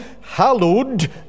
hallowed